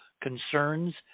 concerns